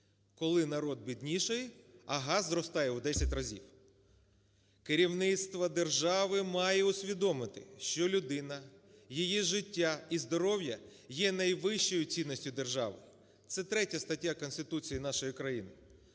Коли народ біднішає, а газ зростає у десять разів. Керівництво держави має усвідомити, що людина, її життя і здоров'я є найвищою цінністю держави, це третя стаття Конституції нашої країни.